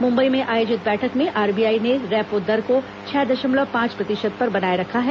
मुंबई में आयोजित बैठक में आरबीआई ने रेपो दर को छह दशमलव पांच प्रतिशत पर बनाए रखा है